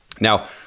Now